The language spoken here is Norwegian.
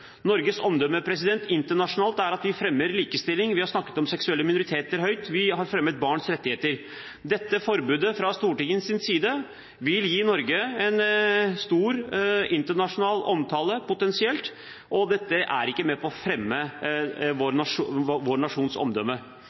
Norges omdømme internasjonalt er at vi fremmer likestilling, vi har snakket høyt om seksuelle minoriteter, vi har fremmet barns rettigheter. Dette forbudet fra Stortingets side vil, potensielt, gi Norge stor internasjonal omtale, og det er ikke med på å fremme vår nasjons omdømme.